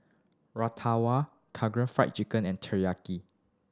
Fry Chicken and Teriyaki